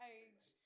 age